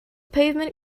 pavement